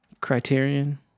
Criterion